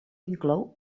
inclou